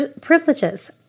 privileges